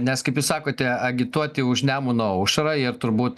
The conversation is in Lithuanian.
nes kaip jūs sakote agituoti už nemuno aušrą ir turbūt